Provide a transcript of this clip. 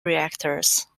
reactors